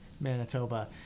Manitoba